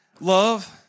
love